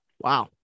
Wow